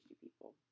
people